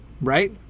Right